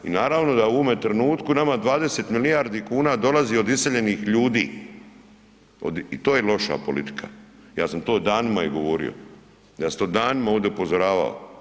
I naravno da u ovome trenutku nama 20 milijardi kuna dolazi od iseljenih ljudi i to je loša politika, ja sam to danima govorio, ja sam danima ovdje upozoravao.